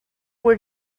were